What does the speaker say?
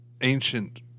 ancient